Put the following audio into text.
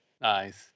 Nice